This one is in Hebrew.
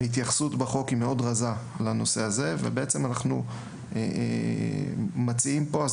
ההתייחסות בחוק לנושא הזה היא מאוד רזה.